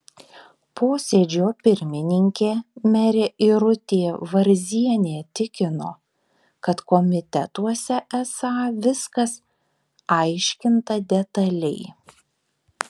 posėdžio pirmininkė merė irutė varzienė tikino kad komitetuose esą viskas aiškinta detaliai